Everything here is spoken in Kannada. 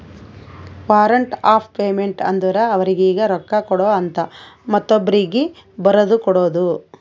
ವಾರಂಟ್ ಆಫ್ ಪೇಮೆಂಟ್ ಅಂದುರ್ ಅವರೀಗಿ ರೊಕ್ಕಾ ಕೊಡು ಅಂತ ಮತ್ತೊಬ್ರೀಗಿ ಬರದು ಕೊಡೋದು